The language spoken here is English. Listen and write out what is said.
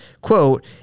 quote